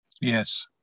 Yes